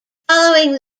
following